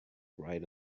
right